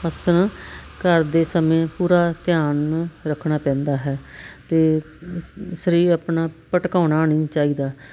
ਆਸਣ ਕਰਦੇ ਸਮੇਂ ਪੂਰਾ ਧਿਆਨ ਨੂੰ ਰੱਖਣਾ ਪੈਂਦਾ ਹੈ ਅਤੇ ਸਰੀਰ ਆਪਣਾ ਭਟਕਾਉਣਾ ਨਹੀਂ ਚਾਹੀਦਾ